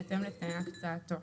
בהתאם לתנאי הקצאתו.